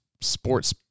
sports